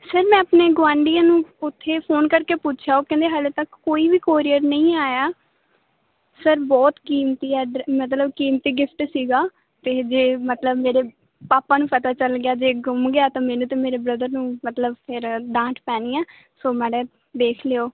sir ਮੈਂ ਆਪਣੇ ਗੁਆਂਡੀਆਂ ਨੂੰ ਉੱਥੇ ਫੋਨ ਕਰਕੇ ਪੁੱਛਿਆ ਉਹ ਕਹਿੰਦੇ ਹਜੇ ਤੱਕ ਕੋਈ ਵੀ ਕੋਰੀਅਰ ਨਹੀਂ ਆਇਆ ਸਰ ਬਹੁਤ ਕੀਮਤੀ ਹੈ ਮਤਲਬ ਕੀਮਤੀ ਗਿਫਟ ਸੀਗਾ ਅਤੇ ਜੇ ਮਤਲਬ ਮੇਰੇ ਪਾਪਾ ਨੂੰ ਪਤਾ ਚੱਲ ਗਿਆ ਜੇ ਗੁੰਮ ਗਿਆ ਤਾਂ ਮੈਨੂੰ ਅਤੇ ਮੇਰੇ ਬ੍ਰਦਰ ਨੂੰ ਮਤਲਬ ਫਿਰ ਡਾਂਟ ਪੈਣੀ ਆ ਸੋ ਮਾੜਾ ਜਿਹਾ ਦੇਖ ਲਿਓ